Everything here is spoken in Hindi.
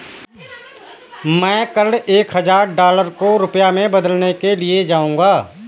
मैं कल एक हजार डॉलर को रुपया में बदलने के लिए जाऊंगा